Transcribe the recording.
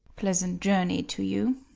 pleasant journey to you!